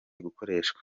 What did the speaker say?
gukoreshwa